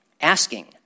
asking